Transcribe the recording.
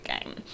game